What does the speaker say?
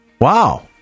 Wow